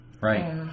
right